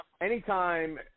anytime